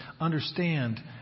understand